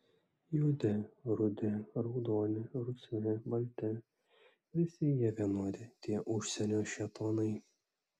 juodi rudi raudoni rausvi balti visi jie vienodi tie užsienio šėtonai